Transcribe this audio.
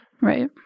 Right